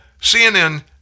CNN